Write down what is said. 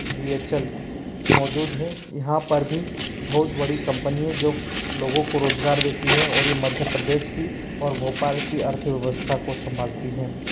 B H L मौजूद है यहाँ पर भी बहुत बड़ी कंपनी है जो लोगो को रोज़गार देती है और ये मध्य प्रदेश की और भोपाल की अर्थव्यवस्था को संभालती है